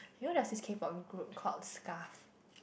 you know the six box in group coast Skarf